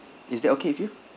is that okay with you